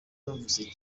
wumvise